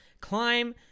climb